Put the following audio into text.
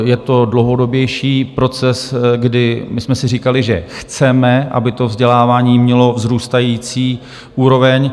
Je to dlouhodobější proces, kdy my jsme si říkali, že chceme, aby to vzdělávání mělo vzrůstající úroveň.